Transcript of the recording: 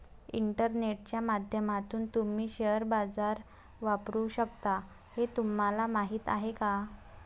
इंटरनेटच्या माध्यमातून तुम्ही शेअर बाजार वापरू शकता हे तुम्हाला माहीत आहे का?